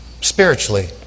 spiritually